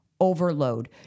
overload